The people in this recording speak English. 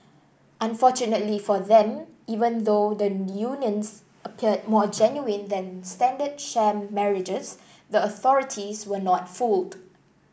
unfortunately for them even though the unions appeared more genuine than standard sham marriages the authorities were not fooled